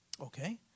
Okay